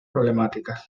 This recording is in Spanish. problemáticas